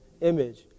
image